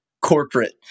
corporate